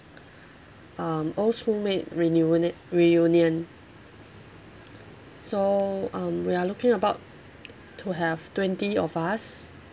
um old schoolmate reunite reunion so um we are looking about to have twenty of us